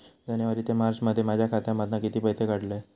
जानेवारी ते मार्चमध्ये माझ्या खात्यामधना किती पैसे काढलय?